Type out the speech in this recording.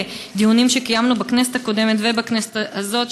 אחרי דיונים שקיימנו בכנסת הקודמת ובכנסת הזאת,